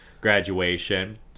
graduation